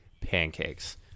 pancakes